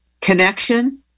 connection